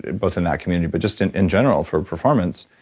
both in that community but just in in general for performance,